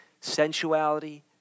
sensuality